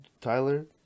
Tyler